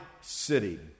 city